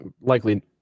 likely